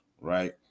right